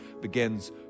begins